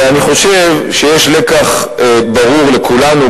ואני חושב שיש לקח ברור לכולנו,